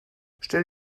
stell